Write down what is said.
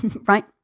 right